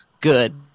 good